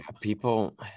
people